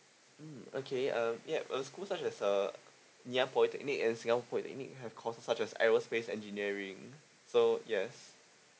mm okay uh yup a school such as a ngek polytechnic and singapore polytechnic have courses such as aerospace engineering so yes